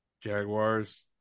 Jaguars